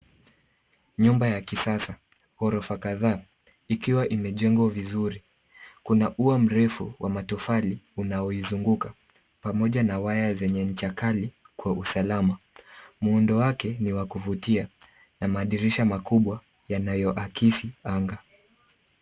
Nyumba ya kisasa, ghorofa kadhaa, ikiwa imejengwa vizuri. Kuna ua mrefu wa matofali unaoizunguka pamoja na waya za ncha kali kwa usalama. Muundo wake ni wa kuvutia na madirisha makubwa yanayoakisi anga.